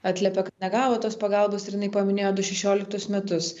atliepė kad negavo tos pagalbos ir jinai paminėjo du šešioliktus metus